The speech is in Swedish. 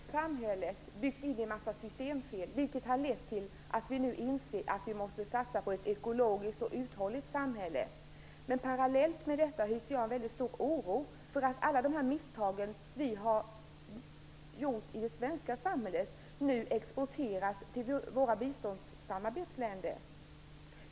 Fru talman! Vi har i det svenska samhället byggt in en massa systemfel, vilket har lett till att vi nu inser att vi måste satsa på ett ekologiskt och uthålligt samhälle. Parallellt med detta hyser jag en stor oro för att alla de misstag vi har gjort i det svenska samhället nu exporteras till våra biståndssamarbetsländer.